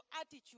attitude